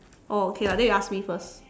oh okay lah then you ask me first